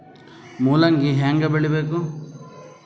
ಮೂಲಂಗಿ ಹ್ಯಾಂಗ ಬೆಳಿಬೇಕು?